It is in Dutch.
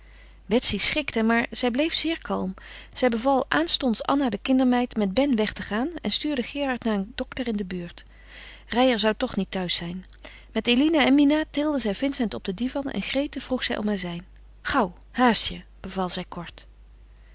betsy schrikte maar zij bleef zeer kalm zij beval aanstonds anna de kindermeid met ben weg te gaan en stuurde gerard naar een dokter in de buurt reijer zou toch niet thuis zijn met eline en mina tilde zij vincent op den divan en grete vroeg zij om azijn gauw haast je beval zij kort